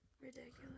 Ridiculous